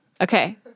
Okay